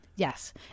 Yes